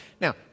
Now